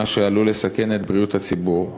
מה שעלול לסכן את בריאות הציבור.